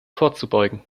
vorzubeugen